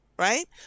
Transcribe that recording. Right